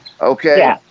okay